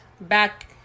back